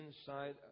inside